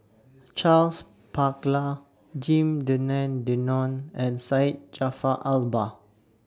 Charles Paglar Lim Denan Denon and Syed Jaafar Albar